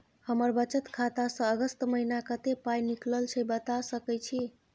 हमर बचत खाता स अगस्त महीना कत्ते पाई निकलल छै बता सके छि?